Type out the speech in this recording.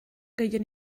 gehien